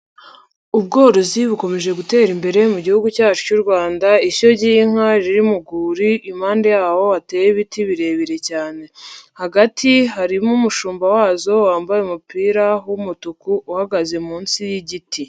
Ubworozi bukomeje gutera imbere mu gihugu cyacu cy'u Rwanda, ishyo ry'inka riri mu rwuri, impande yaho hateye ibiti birebire cyane. Hagati harimo umushumba wazo wambaye umupira w'umutuku, uhagaze munsi y'igiti.